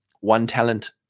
one-talent